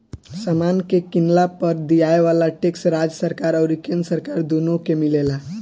समान के किनला पर दियाये वाला टैक्स राज्य सरकार अउरी केंद्र सरकार दुनो के मिलेला